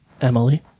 Emily